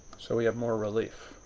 so we have more relief. ah,